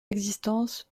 existences